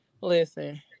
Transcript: Listen